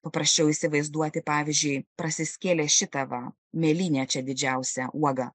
paprasčiau įsivaizduoti pavyzdžiui prasiskėlė šitą va mėlynę čia didžiausią uogą